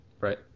Right